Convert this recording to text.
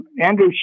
Andrew